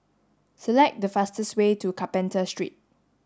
select the fastest way to Carpenter Street